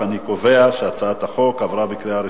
להעביר את הצעת חוק הגנת הצרכן (תיקון מס' 30)